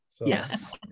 Yes